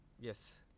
Yes